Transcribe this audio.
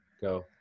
Go